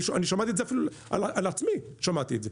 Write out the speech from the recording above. אני שמעתי את זה אפילו על עצמי שמעתי את זה.